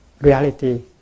reality